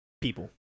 people